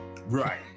Right